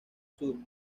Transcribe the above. sur